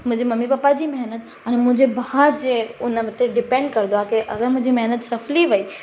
मुंहिंजे mummy papa जी महनत अने मुंहिंजे भाउ जे उन ते डिपेंड कंदो आहे की अगरि मुंहिंजी महनत सफली वई